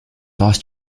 last